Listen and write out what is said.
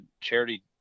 charity